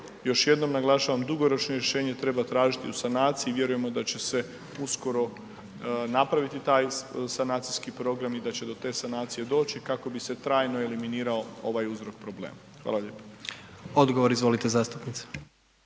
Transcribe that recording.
Još jednom naglašavam dugoročno rješenje treba tražiti u sanaciji vjerujemo da će se uskoro napraviti taj sanacijski program i da će do te sanacije doći kako bi se trajno eliminirao ovaj uzrok problema. Hvala lijepa. **Jandroković, Gordan